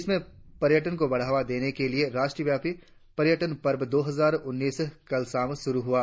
देश में पर्यटन को बढ़ावा देने के लिए राष्ट्रव्यापी पर्यटन पर्व दो हजार उन्नीस कल शाम शुरु हुआ